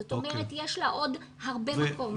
זאת אומרת יש לה עוד הרבה מקום.